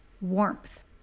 warmth